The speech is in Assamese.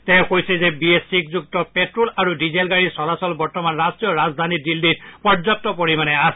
তেওঁ কৈছে যে বিএছ ছিক্সযুক্ত পেট্টল আৰু ডিজেল গাড়ীৰ চলাচল বৰ্তমান ৰাষ্ট্ৰীয় ৰাজধানী দিল্লীত পৰ্যাপ্ত পৰিমাণে আছে